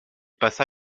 passa